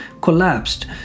collapsed